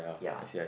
ya